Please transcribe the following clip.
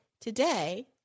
today